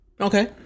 Okay